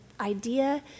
idea